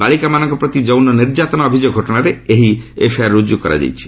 ବାଳିକାମାନଙ୍କ ପ୍ରତି ଯୌନ ନିର୍ସ୍ୟାତନା ଅଭିଯୋଗ ଘଟଣାରେ ଏହି ଏଫ୍ଆଇଆର୍ ରୁକ୍କୁ ହୋଇଛି